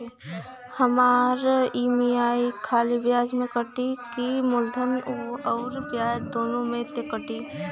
हमार ई.एम.आई खाली ब्याज में कती की मूलधन अउर ब्याज दोनों में से कटी?